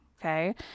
Okay